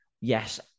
Yes